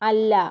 അല്ല